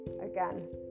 again